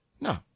No